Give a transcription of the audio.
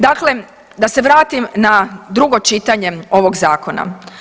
Dakle da se vratim na drugo čitanje ovog zakona.